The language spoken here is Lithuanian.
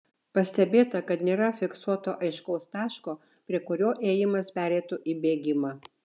pastebėta kad nėra fiksuoto aiškaus taško prie kurio ėjimas pereitų į bėgimą